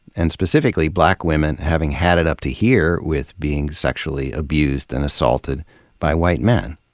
and specifically black women having had it up to here with being sexually abused and assaulted by white men.